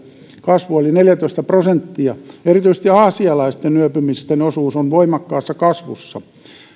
kasvu oli neljätoista prosenttia erityisesti aasialaisten yöpymisten osuus on voimakkaassa kasvussa